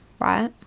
right